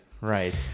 Right